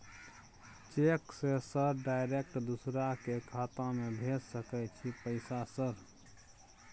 Cheque से sir direct दूसरा के खाता में भेज सके छै पैसा सर?